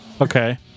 Okay